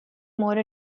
more